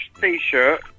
T-shirt